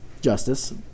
justice